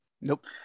Nope